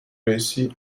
réussi